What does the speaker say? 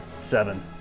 seven